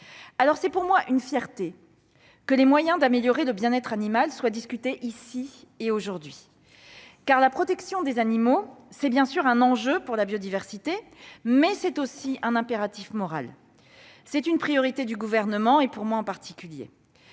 C'est pour moi une fierté que les moyens d'améliorer le bien-être animal soient discutés ici aujourd'hui. Car la protection des animaux est évidemment un enjeu pour la biodiversité, mais c'est aussi un impératif moral. C'est une priorité du Gouvernement, en particulier